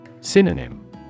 Synonym